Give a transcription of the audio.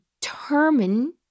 determine